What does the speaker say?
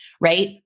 right